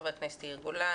חבר הכנסת יאיר גולן,